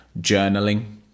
journaling